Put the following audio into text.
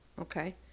Okay